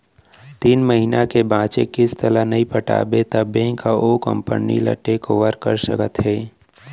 तीन महिना के बांचे किस्त ल नइ पटाबे त बेंक ह ओ संपत्ति ल टेक ओवर कर सकत हे